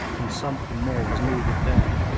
and something more was needed then.